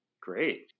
Great